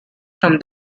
from